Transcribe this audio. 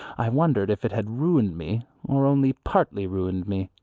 i wondered if it had ruined me or only partly ruined me.